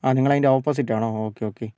ആ നിങ്ങളതിൻ്റെ ഓപ്പോസിറ്റാണോ ഓക്കേ ഓക്കേ